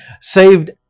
saved